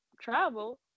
travel